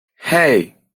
hey